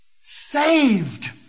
saved